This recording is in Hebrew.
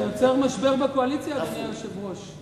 אתה יוצר משבר בקואליציה, אדוני היושב-ראש.